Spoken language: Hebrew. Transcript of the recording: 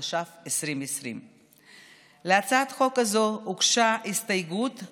התש"ף 2020. להצעת החוק הזאת הוגשה הסתייגות,